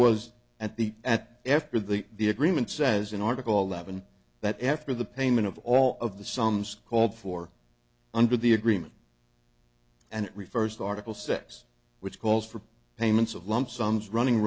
was at the at after the the agreement says in article levin that after the payment of all of the sums called for under the agreement and it refers to article six which calls for payments of lump sums running